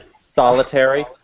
Solitary